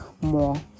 more